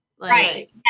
Right